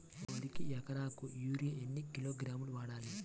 వరికి ఎకరాకు యూరియా ఎన్ని కిలోగ్రాములు వాడాలి?